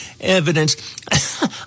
evidence